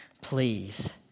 please